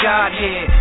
Godhead